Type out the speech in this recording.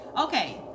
Okay